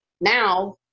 Now